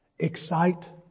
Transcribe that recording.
excite